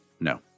No